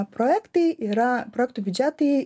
projektai yra projektų biudžetai